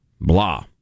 blah